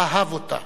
אהב אותה,